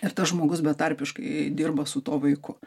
ir tas žmogus betarpiškai dirba su tuo vaiku